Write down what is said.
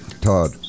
Todd